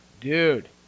Dude